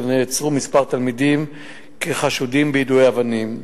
נעצרו כמה תלמידים כחשודים ביידוי אבנים.